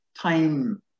time